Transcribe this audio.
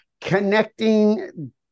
connecting